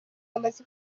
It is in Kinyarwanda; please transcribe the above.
bamaze